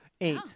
eight